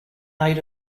ate